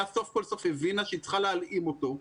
סוף כל סוף הבינה שהיא צריכה להלאים אותו?